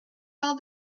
all